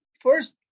first